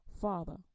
father